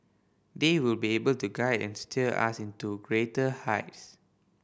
they will be able to guide and steer us in to greater heights